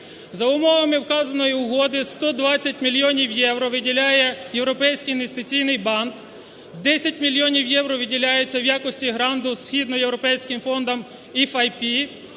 За умовами вказаної угоди 120 мільйонів євро виділяє Європейський інвестиційний банк, 10 мільйонів євро виділяються в якості гранту з Східноєвропейським фондом E5P,